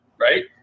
right